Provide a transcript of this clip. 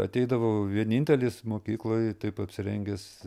ateidavau vienintelis mokykloj taip apsirengęs